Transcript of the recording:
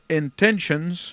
intentions